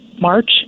March